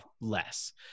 less